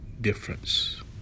difference